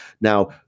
Now